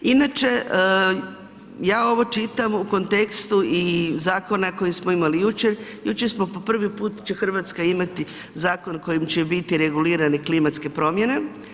Inače, ja ovo čitam u kontekstu zakona koji smo imali i jučer, jučer smo po prvi put će Hrvatska imati zakon kojim će biti regulirane klimatske promjene.